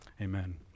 Amen